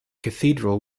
cathedral